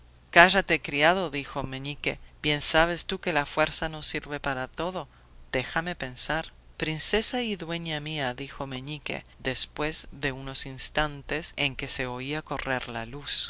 cállate criado dijo meñique bien sabes tú que la fuerza no sirve para todo déjame pensar princesa y dueña mía dijo meñique después de unos instantes en que se oía correr la luz